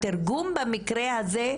התרגום במקרה הזה,